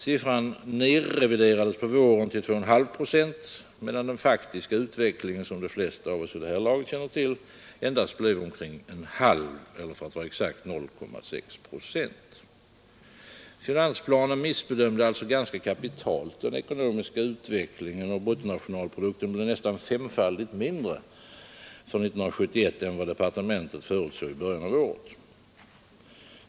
Siffran nedreviderades på våren till 2,5 procent, medan den faktiska utvecklingen såsom de flesta av oss vid det här laget känner till — endast blev omkring en halv, eller för att vara exakt, 0,6 procent. Finansplanen missbedömde alltså ganska kapitalt den ekonomiska utvecklingen, och bruttonationalprodukten blev nästan femfaldigt mindre för 1971 än vad departementet förutsåg i början av året.